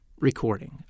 recording